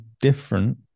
different